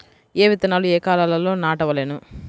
ఏ విత్తనాలు ఏ కాలాలలో నాటవలెను?